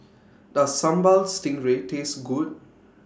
Does Sambal Stingray Taste Good